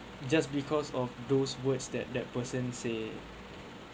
just because of those words that that person say